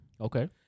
okay